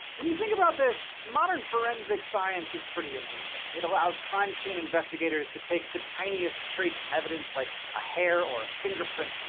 when you think about it, modern forensic science is pretty amazing. it allows crime scene investigators to take the tiniest trace evidence, like a hair or a fingerprint,